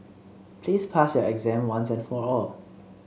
please pass your exam once and for all